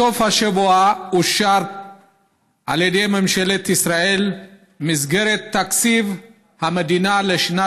בסוף השבוע אושרה על ידי ממשלת ישראל מסגרת תקציב המדינה לשנים